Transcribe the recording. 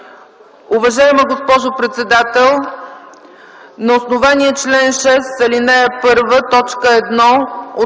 „Уважаема госпожо председател, на основание чл. 6, ал. 1, т. 1 от